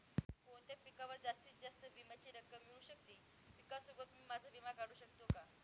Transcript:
कोणत्या पिकावर जास्तीत जास्त विम्याची रक्कम मिळू शकते? पिकासोबत मी माझा विमा काढू शकतो का?